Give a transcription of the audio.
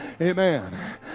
Amen